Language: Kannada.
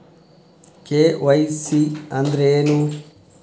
ಕೆ.ವೈ.ಸಿ ಅಂದ್ರೇನು?